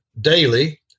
daily